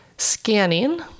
Scanning